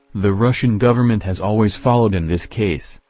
the russian government has always followed in this case,